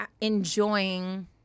enjoying